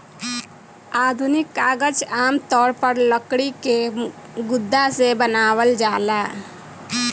आधुनिक कागज आमतौर पर लकड़ी के गुदा से बनावल जाला